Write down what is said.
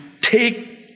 take